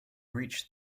reached